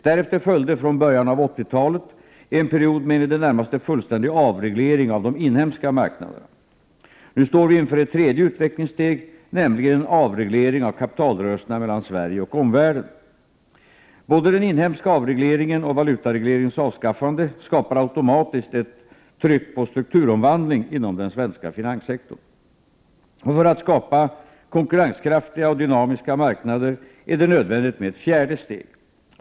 Därefter följde, från början av 80-talet, en period med en i det närmaste fullständig avreglering av de inhemska marknaderna. Nu står vi inför ett tredje utvecklingssteg, nämligen en avreglering av kapitalrörelserna mellan Sverige och omvärlden. Både den inhemska avregleringen och valutaregleringens avskaffande skapar automatiskt ett tryck på strukturomvandling inom den svenska finanssektorn. För att skapa konkurrenskraftiga dynamiska marknader är det nödvändigt med ett fjärde steg.